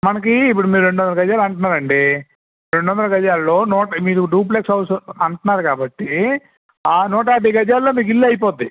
మనకి ఇప్పుడు మీరు రెండు వందల గజాలు అంటున్నారు అండి రెండు వందల గజాలలో మీరు డూప్లెక్స్ హౌస్ అంటున్నారు కాబట్టి ఆ నూట యాభై గజాల్లో మీకు ఇల్లు అయిపోతుంది